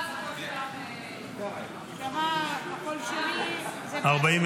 בדבר הפחתת תקציב לא נתקבלו.